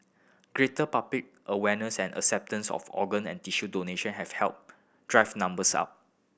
greater public awareness and acceptance of organ and tissue donation have helped drive numbers up